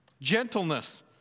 Gentleness